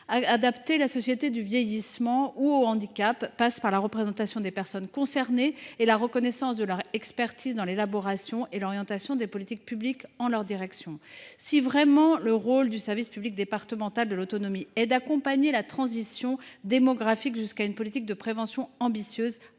Adapter la société au vieillissement ou au handicap passe par la représentation des personnes concernées et par la reconnaissance de leur expertise dans l’élaboration et l’orientation des politiques publiques dont elles sont les destinataires. Si, vraiment, le rôle du service public départemental de l’autonomie est d’accompagner la transition démographique jusqu’à une politique de prévention ambitieuse,